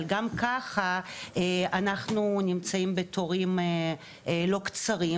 אבל גם ככה אנחנו נמצאים בתורים לא קצרים